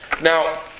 Now